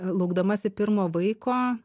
laukdamasi pirmo vaiko